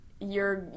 you're-